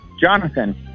Jonathan